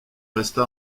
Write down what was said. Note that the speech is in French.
resta